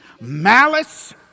malice